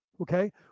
Okay